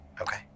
Okay